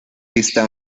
pista